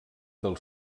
del